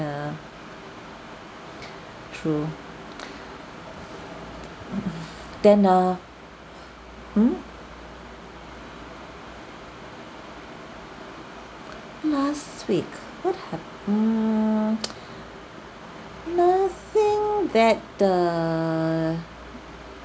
ya true then uh hmm last week what had mm nothing that err